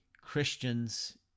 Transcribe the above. Christians